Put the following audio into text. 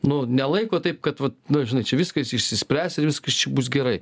nu nelaiko taip kad vat nu žinai čia viskas išsispręs ir viskas čia bus gerai